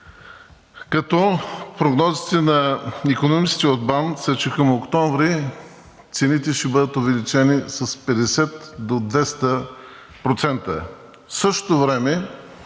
като прогнозите на икономистите от БАН са, че към октомври цените ще бъдат увеличени с 50% до 200%. В същото време